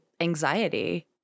anxiety